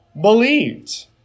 believed